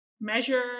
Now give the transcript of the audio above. measure